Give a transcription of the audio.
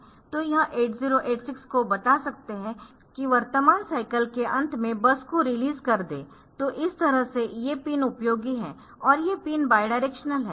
तो यह 8086 को बता सकते है कि वर्तमान साईकल के अंत में बस को रिलीज़ कर दें तो इस तरह से ये पिन उपयोगी है और ये पिन बायडायरेक्शनल है